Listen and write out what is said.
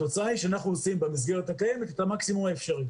התוצאה היא שאנחנו עושים במסגרת הקיימת את המקסימום האפשרי.